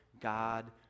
God